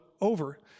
over